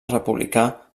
republicà